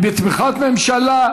היא בתמיכת ממשלה,